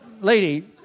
lady